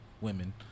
women